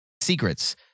Secrets